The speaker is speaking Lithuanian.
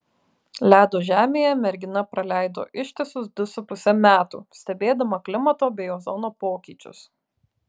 ledo žemėje mergina praleido ištisus du su puse metų stebėdama klimato bei ozono pokyčius